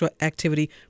activity